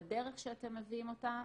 בדרך שאתם מביאים אותה,